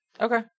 Okay